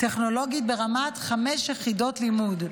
טכנולוגית ברמת חמש יחידות לימוד.